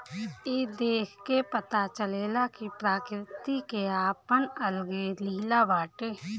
ई देख के पता चलेला कि प्रकृति के आपन अलगे लीला बाटे